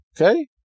Okay